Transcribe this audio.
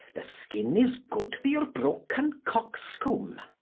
skinne is good for your broken coxcombe